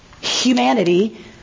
humanity